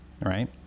right